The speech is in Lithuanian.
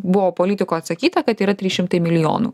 buvo politiko atsakyta kad yra trys šimtai milijonų